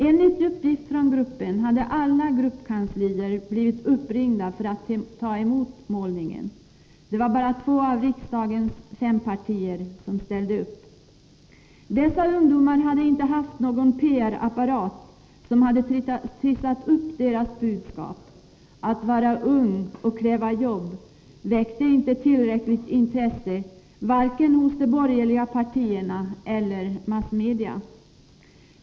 Enligt uppgift från ungdomarna hade alla gruppkanslier blivit uppringda och inbjudna att ta emot målningen. Bara två av riksdagens fem partier ställde upp. Dessa ungdomar hade inte haft någon PR-apparat som trissat upp deras budskap. Att vara ung och kräva jobb är inte tillräckligt för att väcka intresse vare sig hos de borgerliga partierna eller hos massmedia.